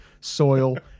Soil